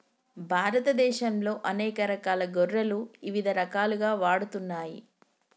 భారతదేశంలో అనేక రకాల గొర్రెలు ఇవిధ రకాలుగా వాడబడుతున్నాయి